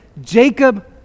Jacob